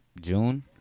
June